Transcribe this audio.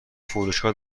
فروشگاه